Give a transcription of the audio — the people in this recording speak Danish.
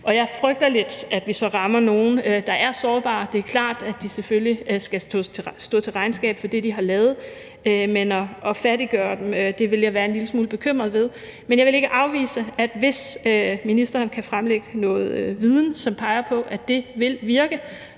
Jeg frygter lidt, at vi så rammer nogle, der er sårbare. Det er klart, at de selvfølgelig skal stå til regnskab for det, de har lavet, men at fattiggøre dem ville jeg være en lille smule bekymret ved. Men jeg vil ikke afvise, at hvis ministeren kan fremlægge noget viden, som peger på, at det vil virke,